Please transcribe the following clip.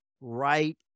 right